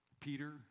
Peter